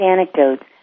anecdotes